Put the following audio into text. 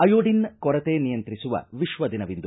iodine ಕೊರತೆ ನಿಯಂತ್ರಿಸುವ ವಿಕ್ವ ದಿನವಿಂದು